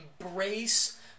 embrace